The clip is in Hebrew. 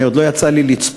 אני, עוד לא יצא לי לצפות.